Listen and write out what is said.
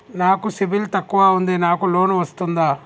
నాకు సిబిల్ తక్కువ ఉంది నాకు లోన్ వస్తుందా?